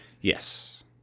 yes